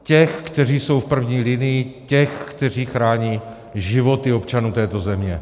Těch, kteří jsou v první linii, těch, kteří chrání životy občanů této země.